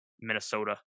Minnesota